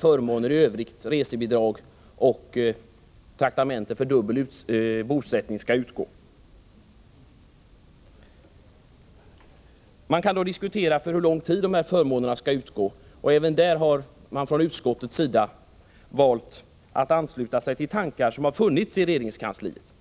förmåner i övrigt — resebidrag och traktamenten för dubbel bosättning — skall utgå. Man kan då diskutera för hur lång tid dessa förmåner skall utgå, och även där har utskottet valt att ansluta sig till tankar som har funnits i regeringskansliet.